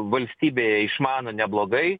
valstybėje išmano neblogai